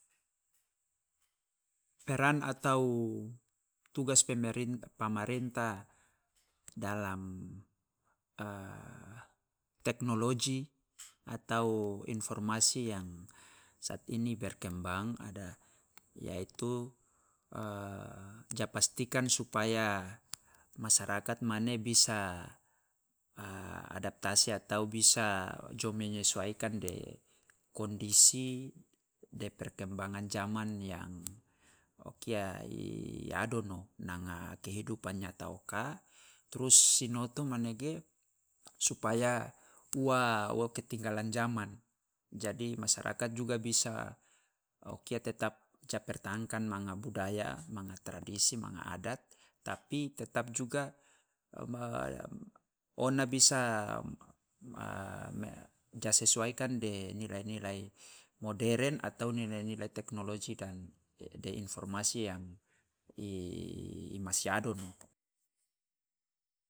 Peran atau tugas pemerin pamarenta dalam teknologi atau informasi yang saat ini berkembang ada yaitu ja pastikan supaya masyarakat mane bisa adaptasi atau bisa jo menyesuaikan de kondisi de perkembangan jaman yang o kia adono nanga kehiduapan nyata oka, trus sinoto manege supaya ua wo ketinggalan jaman, jadi masyarakat juga bisa o kia tetap ja pertahankan manga budaya, manga tradisi, manga adat, tapi tetap juga ona bisa ja sesuaikan de nilai nilai modern atau nilai nilai teknologi dan i- informasi yang masi adono.